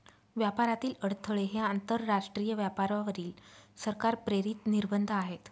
व्यापारातील अडथळे हे आंतरराष्ट्रीय व्यापारावरील सरकार प्रेरित निर्बंध आहेत